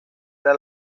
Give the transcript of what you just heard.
era